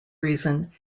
reason